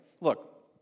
Look